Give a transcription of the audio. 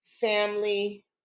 family